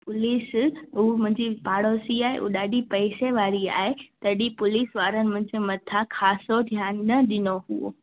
police उहे मुंहिंजी पाड़ोसी आहे उहो ॾाढी पैसे वारी आहे तॾहिं पुलिस वारनि मुंहिंजे मथां ख़ासि इहो ध्यानु न ॾिनो